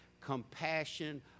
compassion